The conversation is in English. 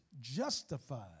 justified